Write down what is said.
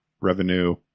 Revenue